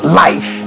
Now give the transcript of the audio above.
life